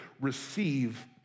receive